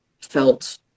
felt